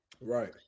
Right